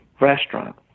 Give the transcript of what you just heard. restaurant